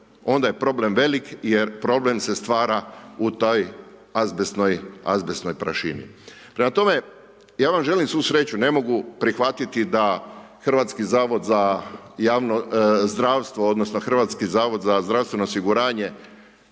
onda je problem velik jer problem se stvara u toj azbestnoj prašini. Prema tome, ja vam želim svu sreću. Ne mogu prihvatiti da Hrvatski zavod za javno zdravstvo odnosno Hrvatski zavod za zdravstveno osiguranje